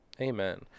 Amen